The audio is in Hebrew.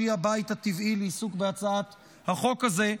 שהיא הבית הטבעי לעיסוק בהצעת החוק הזאת,